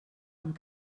amb